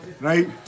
right